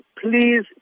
please